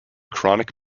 chronic